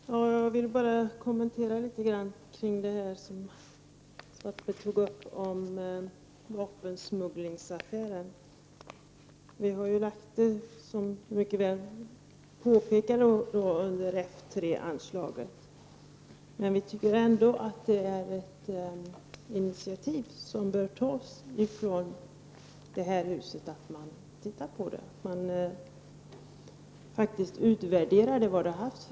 Herr talman! Jag vill något kommentera det som Karl-Erik Svartberg tog upp om vapensmugglingsaffären. Miljöpartiet har, som helt riktigt påpekades, föreslagit att medel anslås från F 3-anslaget. Vi anser att riksdagen bör ta initiativ till att man utvärderar vilken effekt vapensmugglingsaffären har haft.